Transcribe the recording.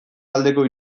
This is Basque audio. aldeko